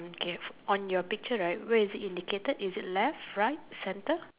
okay on your picture right where is it indicated is it left right center